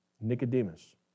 Nicodemus